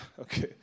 Okay